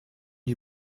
die